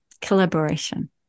collaboration